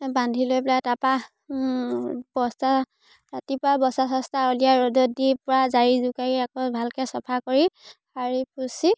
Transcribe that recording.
বান্ধি লৈ পেলাই তাপা বস্তা ৰাতিপুৱা বস্তা চস্তা ওলিয়াই ৰ'দত দি পূৰা জাৰি জোকাৰি আকৌ ভালকে চফা কৰি সাৰি পুচি